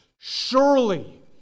Surely